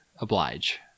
oblige